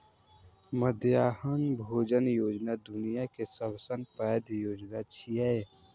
मध्याह्न भोजन योजना दुनिया के सबसं पैघ योजना छियै